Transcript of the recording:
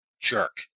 Jerk